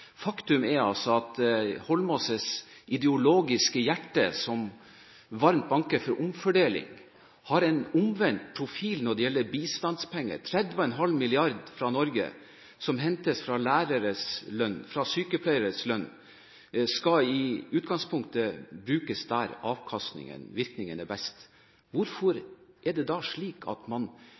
Faktum er at Eidsvoll Holmås’ ideologiske hjerte som varmt banker for omfordeling, har en omvendt profil når det gjelder bistandspenger – 30,5 milliarder kr fra Norge som hentes fra læreres lønn, fra sykepleieres lønn, skal i utgangspunktet brukes der avkastningen/virkningen er best. Hvorfor er det da slik at man